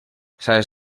sales